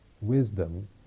wisdom